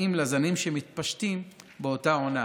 השר משיב, ואחר כך שאלות נוספות.